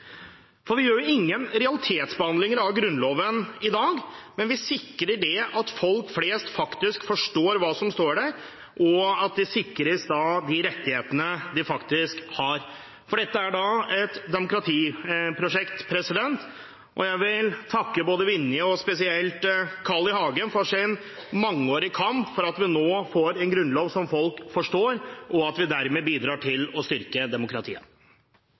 Vi gjør jo ingen realitetsbehandlinger av Grunnloven i dag, men vi sikrer det at folk flest faktisk forstår hva som står der, og de sikres de rettighetene de faktisk har. Dette er et demokratiprosjekt. Jeg vil takke Vinje og spesielt Carl I. Hagen for deres mangeårige kamp for at vi nå får en grunnlov som folk forstår, og for at vi dermed bidrar til å styrke demokratiet.